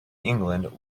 england